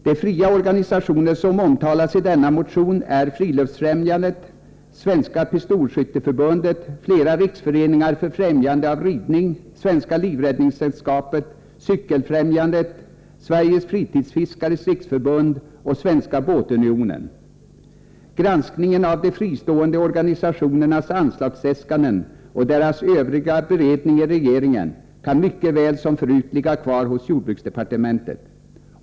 De fria organisationer som omtalas i detta sammanhang är Friluftsfrämjandet, Svenska pistolskytteförbundet, flera riksföreningar för främjande av ridning, Svenska livräddningssällskapet, Cykelfrämjandet, Sveriges fritidsfiskares riksförbund och Svenska båtunionen. Granskningen av de fristående organisationernas anslagsäskanden och deras övriga beredning i regeringen kan mycket väl som förut ligga kvar hos jordbruksdepartementet.